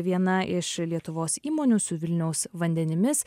viena iš lietuvos įmonių su vilniaus vandenimis